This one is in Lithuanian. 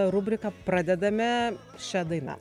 rubriką pradedame šia daina